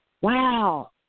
Wow